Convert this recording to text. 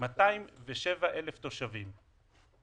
207,000 תושבים.